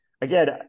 again